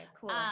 cool